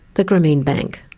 the grameen bank.